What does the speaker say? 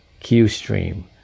qstream